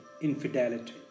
infidelity